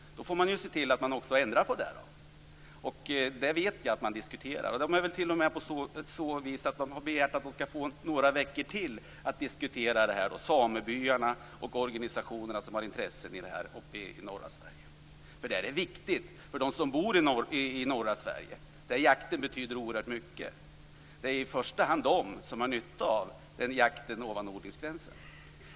Då får man också se till att man ändrar på det. Jag vet att man diskuterar detta, och att man t.o.m. har begärt att få några veckor till på sig för att diskutera det. Det gäller samebyarna och organisationerna som har intresse av detta uppe i norra Sverige. Detta är nämligen viktigt. Det är ju i första hand de som bor i norra Sverige, där jakten betyder oerhört mycket, som har nytta av jakten ovan odlingsgränsen.